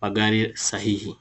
magari sahihi.